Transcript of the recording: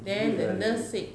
diu~ lah dia